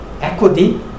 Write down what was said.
equity